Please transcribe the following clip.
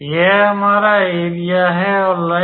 यह हमारा एरिया है ऑल राइट